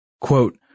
Quote